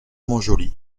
montjoly